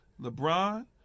LeBron